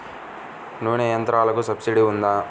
నూనె యంత్రాలకు సబ్సిడీ ఉందా?